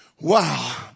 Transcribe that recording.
Wow